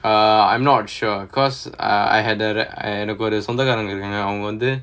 uh I'm not sure because uh I had uh எனக்கு ஒரு சொந்த காரங்க இருகாங்க வாங்க வந்து:ennakku oru sontha kaaranga irukaanga vaanga vanthu